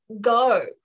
go